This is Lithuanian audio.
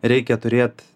reikia turėt